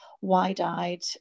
wide-eyed